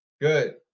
Good